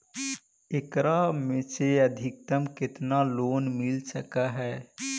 एकरा से अधिकतम केतना लोन मिल सक हइ?